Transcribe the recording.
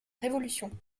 révolution